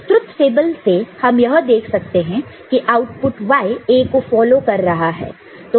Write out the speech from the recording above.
तो truth table से हम यह देख सकते हैं कि आउटपुट Y A को फॉलो कर रहा है